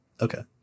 Okay